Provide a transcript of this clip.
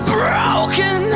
broken